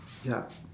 ya